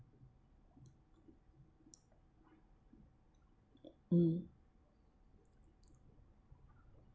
mm